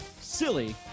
silly